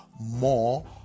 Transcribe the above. more